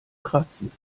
kratzen